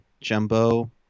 Jumbo